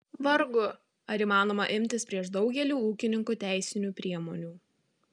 vargu ar įmanoma imtis prieš daugelį ūkininkų teisinių priemonių